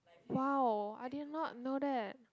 !wow! I did not know that